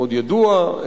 מאוד ידוע,